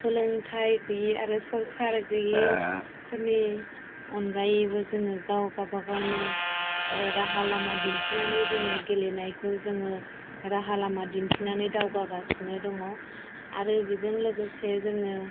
सोलोंथाय गैयि आरो सरकार गैयिफोरनि अनगायैबो जोङो गाव गावबागावनो राहालामा दिन्थिनानै जोङो गेलेनायखौ जोङो राहालामा दिन्थिनानै दावगागासिनो दङ आरो बेजों लोगोसे जोङो